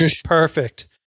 perfect